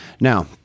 Now